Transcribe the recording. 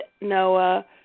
Noah